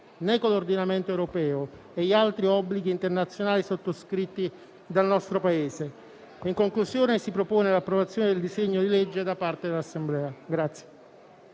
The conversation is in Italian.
né con l'ordinamento dell'Unione europea e gli altri obblighi internazionali sottoscritti dal nostro Paese. In conclusione, si propone l'approvazione del disegno di legge da parte dell'Assemblea.